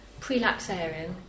prelapsarian